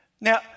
Now